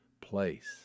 place